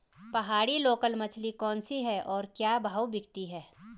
पहाड़ी लोकल मछली कौन सी है और क्या भाव बिकती है?